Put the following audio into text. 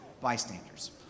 bystanders